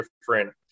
different